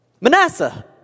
Manasseh